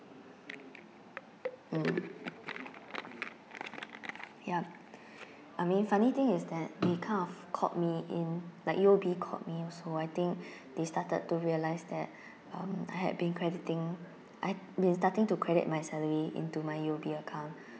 mm yup I mean funny thing is that they kind of caught me in like U_O_B caught me also I think they started to realise that uh I have been crediting I had been starting to credit my salary into my U_O_B account